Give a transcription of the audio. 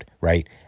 right